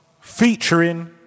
Featuring